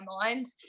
mind